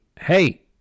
hey